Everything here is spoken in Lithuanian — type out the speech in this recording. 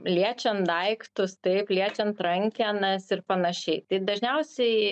liečiant daiktus taip liečiant rankenas ir panašiai tai dažniausiai